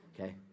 Okay